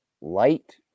light